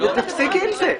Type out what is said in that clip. ותפסיקי עם זה.